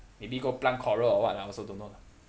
maybe go plant coral or what lah I also don't know lah